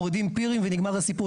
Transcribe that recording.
מורידים פירים ונגמר הסיפור.